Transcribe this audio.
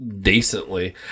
decently